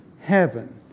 heaven